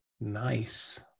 Nice